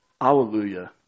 Hallelujah